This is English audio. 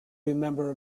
remember